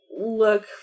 look